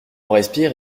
respire